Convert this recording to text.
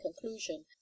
conclusion